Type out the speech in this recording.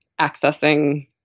accessing